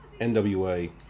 NWA